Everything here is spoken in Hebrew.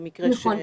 נכון.